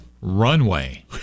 runway